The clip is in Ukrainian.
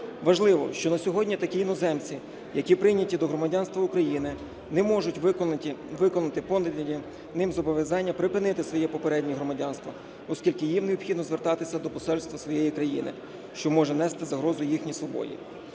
Важливо, що на сьогодні такі іноземці, які прийняті до громадянства України, не можуть виконати подані ним зобов'язання припинити своє попереднє громадянство, оскільки їм необхідно звертатися до посольства своєї країни, що може нести загрозу їхній свободі.